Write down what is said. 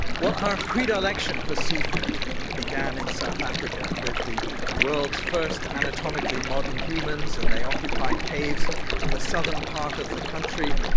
well, our predilection for seafood began in south africa with the world's first anatomically modern humans, and they occupied caves in the southern part of the country,